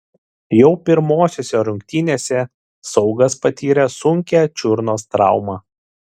jau pirmosiose rungtynėse saugas patyrė sunkią čiurnos traumą